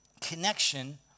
connection